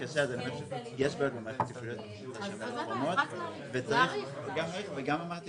אז קובעים קריטריון עקרוני אבל אז תראו שאתם לא יורים לעצמכם ברגל